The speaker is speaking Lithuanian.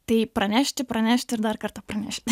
tai pranešti pranešti ir dar kartą pranešti